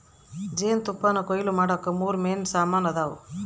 ಜೇನುತುಪ್ಪಾನಕೊಯ್ಲು ಮಾಡಾಕ ಮೂರು ಮೇನ್ ಸಾಮಾನ್ ಅದಾವ